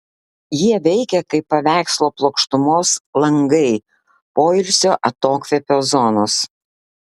jie veikia kaip paveikslo plokštumos langai poilsio atokvėpio zonos